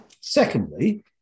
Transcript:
secondly